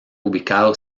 ubicado